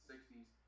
60s